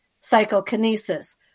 psychokinesis